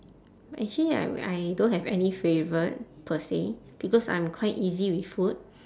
actually I I don't have any favourite per se because I'm quite easy with food